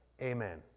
Amen